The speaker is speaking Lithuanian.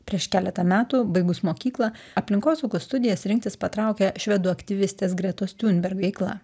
prieš keletą metų baigus mokyklą aplinkosaugos studijas rinktis patraukė švedų aktyvistės gretos thunberg veikla